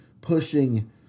pushing